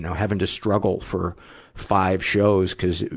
having to struggle for five shows cuz,